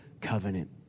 covenant